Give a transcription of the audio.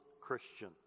Christian